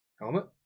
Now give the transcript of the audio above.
Helmet